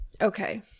Okay